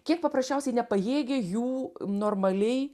kiek paprasčiausiai nepajėgia jų normaliai